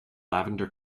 lavender